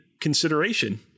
consideration